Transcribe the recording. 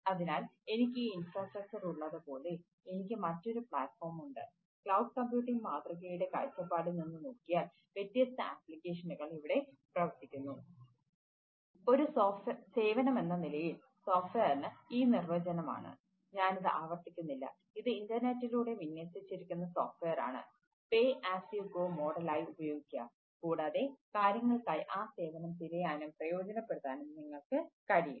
അതിനാൽ ഒരു സേവനമെന്ന നിലയിൽ സോഫ്റ്റ്വെയറിന് ഉപയോഗിക്കുക കൂടാതെ കാര്യങ്ങൾക്കായി ആ സേവനം തിരയാനും പ്രയോജനപ്പെടുത്താനും നിങ്ങൾക്ക് കഴിയും